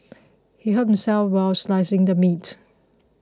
he hurt himself while slicing the meat